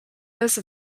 those